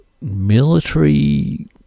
military